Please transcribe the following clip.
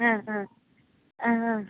ആ ആ ആ ആ